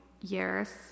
years